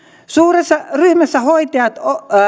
suuressa ryhmässä hoitajat